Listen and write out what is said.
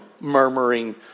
murmuring